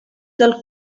del